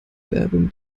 werbung